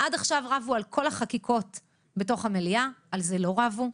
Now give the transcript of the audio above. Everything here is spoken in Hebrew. עד עכשיו רבו על כל החקיקות בתוך המליאה על זה לא רבו,